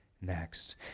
next